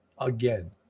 again